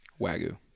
Wagyu